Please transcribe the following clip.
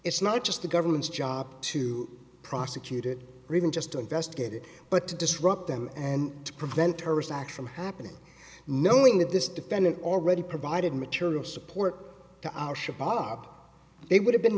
it's not just the government's job to prosecute it really just to investigate it but to disrupt them and to prevent terrorist acts from happening knowing that this defendant already provided material support to al shabaab it would have been